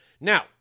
Now